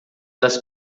das